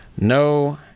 no